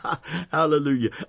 Hallelujah